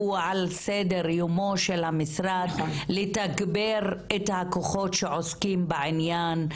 על סדר יומו של המשרד לתגבר את הכוחות שעוסקים בעניין,